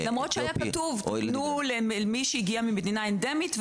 --- למרות שהיה כתוב לתת רק למי שהגיע ממדינה אנדמית.